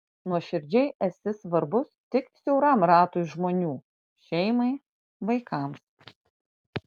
nuoširdžiai esi svarbus tik siauram ratui žmonių šeimai vaikams